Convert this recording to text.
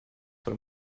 vor